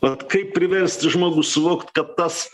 vat kaip priversti žmogų suvokt kad tas